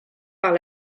par